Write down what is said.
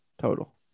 total